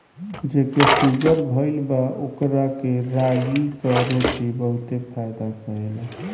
जेके शुगर भईल बा ओकरा के रागी कअ रोटी बहुते फायदा करेला